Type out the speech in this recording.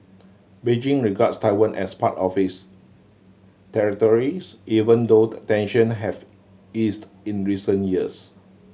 Beijing regards Taiwan as part of its territories even though tension have eased in recent years